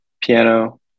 piano